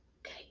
Okay